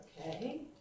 okay